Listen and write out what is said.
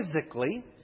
physically